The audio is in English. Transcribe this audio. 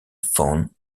phone